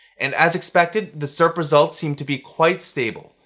and as expected, the serp results seem to be quite stable,